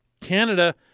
Canada